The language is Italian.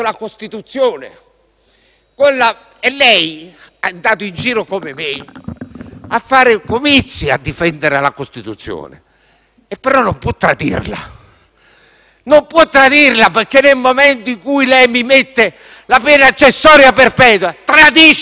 Lei è andato in giro come me a fare comizi per difendere la Costituzione, ma non può tradirla. Non può tradirla perché, nel momento in cui introduce la pena accessoria perpetua, tradisce la Costituzione.